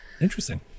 Interesting